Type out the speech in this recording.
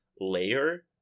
layer